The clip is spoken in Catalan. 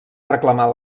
reclamar